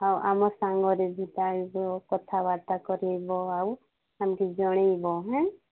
ହଁ ଆଉ ଆମ ସାଙ୍ଗରେ ଯିବା କଥାବାର୍ତ୍ତା କରେଇବ ଆଉ ଆମକୁ ଜଣେଇବ ଏଁ